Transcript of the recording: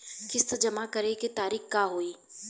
किस्त जमा करे के तारीख का होई?